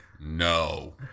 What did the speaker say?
no